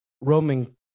Roman